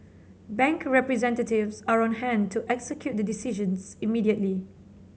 bank representatives are on hand to execute the decisions immediately